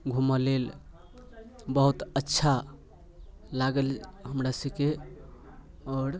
घुमऽ लेल बहुत अच्छा लागल हमरा सभके आओर